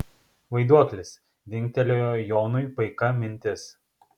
vaiduoklis dingtelėjo jonui paika mintis